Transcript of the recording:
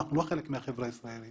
אנחנו לא חלק מהחברה הישראלית.